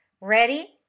Ready